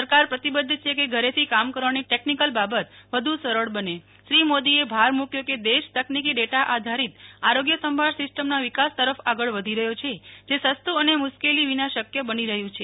સરકાર પ્રતિબધ્ધ છે કે ઘરેથી કોમ કરવાની તકનીકી ડેટા આધારિત આરોગ્ય સંભાળ સિસ્ટમના વિકાસ તરફ આંગળ વધી રહ્યો છે જે સિસ્તા અને મુશ્કેલી વિના શક્ય બની રહ્યુ છે